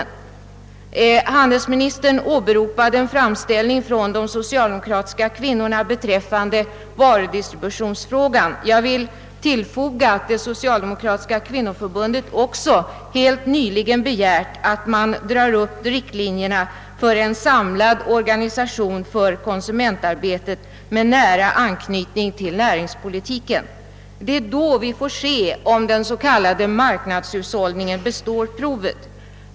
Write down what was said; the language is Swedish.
Handelsministern åberopade tidigare under debatten en framställning från de socialdemokratiska kvinnorna beträffande varudistributionsfrågan. Jag vill tillfoga att det socialdemokratiska kvinnoförbundet också helt nyligen begärt att man skall dra upp riktlinjerna för en samlad organisation för konsumentarbetet med nära anknytning till näringspolitiken. Det är då vi får se om den s.k. marknadshushållningen består provet.